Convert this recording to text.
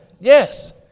yes